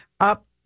Up